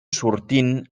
sortint